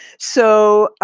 so